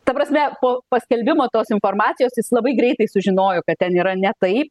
ta prasme po paskelbimo tos informacijos jis labai greitai sužinojo kad ten yra ne taip